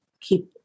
keep